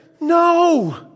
No